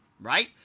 right